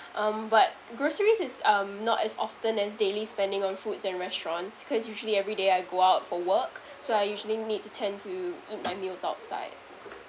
um but groceries is um not as often as daily spending on foods and restaurants cause usually everyday I go out for work so I usually need to tend to eat my meals outside